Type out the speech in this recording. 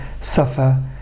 suffer